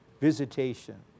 visitation